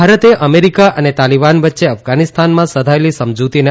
ભારતે અમેરિકા અને તાલીબાન વચ્ચે અફઘાનિસ્તાનમાં સધાયેલી સમજૂતીને